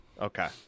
Okay